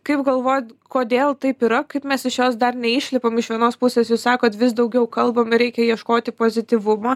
kaip galvojat kodėl taip yra kaip mes iš jos dar neišlipam iš vienos pusės jūs sakot vis daugiau kalbam ir reikia ieškoti pozityvumo